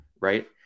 right